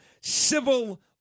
civil